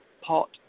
pot